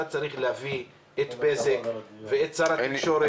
אתה צריך להביא את בזק ואת שר התקשורת.